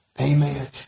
Amen